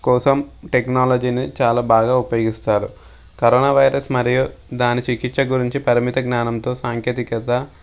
కోసం టెక్నాలజీని చాలా బాగా ఉపయోగిస్తారు కరోనా వైరస్ మరియు దాని చికిత్స గురించి పరిమిత జ్ఞానంతో సాంకేతికత